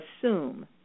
assume